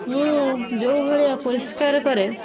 ମୁଁ ଯେଉଁ ଭଳିଆ ପରିଷ୍କାର କରେ